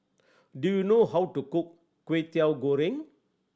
do you know how to cook Kwetiau Goreng